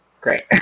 Great